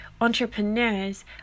entrepreneurs